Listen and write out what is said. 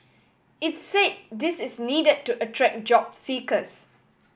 it said this is needed to attract job seekers